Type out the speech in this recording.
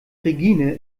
regine